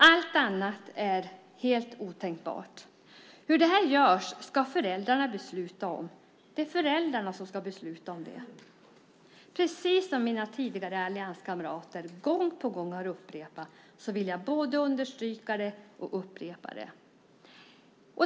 Allt annat är helt otänkbart. Det är föräldrarna som ska besluta om hur det här görs. Mina allianskamrater har gång på gång upprepat det, och jag vill också understryka det och upprepa det.